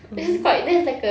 mmhmm